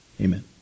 amen